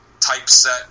typeset